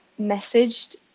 messaged